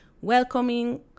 welcoming